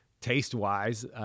taste-wise